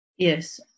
Yes